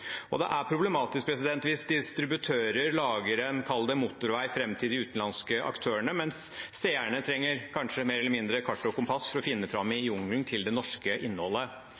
Det er problematisk hvis distributører lager – kall det en – motorvei fram til de utenlandske aktørene, mens seerne mer eller mindre trenger kart og kompass for å finne fram i jungelen til det norske innholdet.